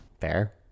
Fair